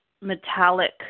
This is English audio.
metallic